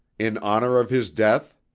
in honor of his death.